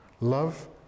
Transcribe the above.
Love